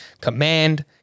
command